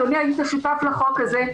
אדוני, היית שותף לחוק הזה.